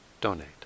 donate